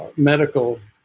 medical